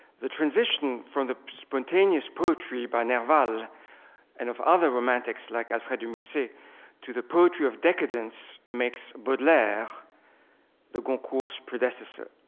the transition from the spontaneous poetry by nerval and of other romantics, like alfred de musset, to the poetry of decadence makes baudelaire the goncourts' predecessor.